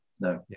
no